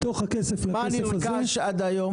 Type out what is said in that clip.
מתוך הכסף לזה --- מה נרכש עד היום?